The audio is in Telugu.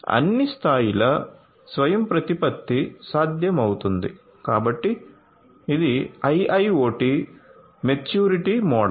అన్ని స్థాయిల స్వయంప్రతిపత్తి సాధ్యమవుతుంది కాబట్టి ఇది ఈ IIoT మెచ్యూరిటీ మోడల్